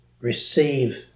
receive